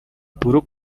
buruk